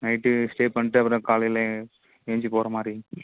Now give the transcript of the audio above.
night stay பண்ணிட்டு அப்புறம் காலையில் ஏஞ்சி போகிற மாதிரி